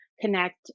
connect